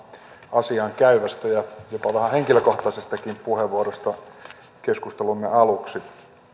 asiaan käyvästä ja jopa vähän henkilökohtaisestakin puheenvuorosta keskustelumme aluksi